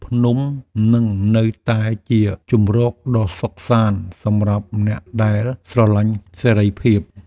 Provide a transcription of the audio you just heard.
ភ្នំនឹងនៅតែជាជម្រកដ៏សុខសាន្តសម្រាប់អ្នកដែលស្រឡាញ់សេរីភាព។